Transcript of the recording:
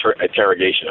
interrogation